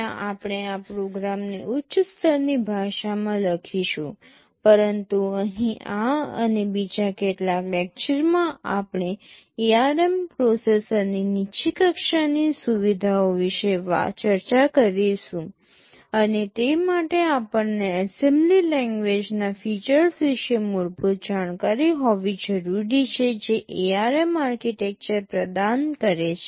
ત્યાં આપણે આપણા પ્રોગ્રામને ઉચ્ચ સ્તરની ભાષામાં લખીશું પરંતુ અહીં આ અને બીજા કેટલાક લેક્ચરમાં આપણે ARM પ્રોસેસરની નીચી કક્ષાની સુવિધાઓ વિશે ચર્ચા કરીશું અને તે માટે આપણને એસેમ્બલી લેંગ્વેજ ના ફીચર્સ વિશે મૂળભૂત જાણકારી હોવી જરૂરી છે જે ARM આર્કિટેક્ચર પ્રદાન કરે છે